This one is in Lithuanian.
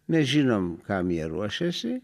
mes žinom kam jie ruošiasi